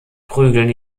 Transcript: prügeln